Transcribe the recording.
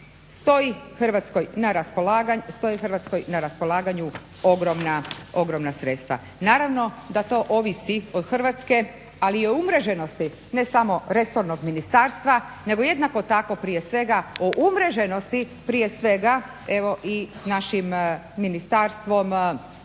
stoji Hrvatskoj na raspolaganju ogromna sredstva. Naravno da to ovisi od Hrvatske, ali i od umreženosti ne samo resornog ministarstva nego jednako tako prije svega o umreženosti prije svega evo i s našim Ministarstvom za